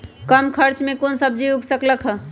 कम खर्च मे कौन सब्जी उग सकल ह?